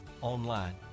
online